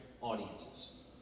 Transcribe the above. audiences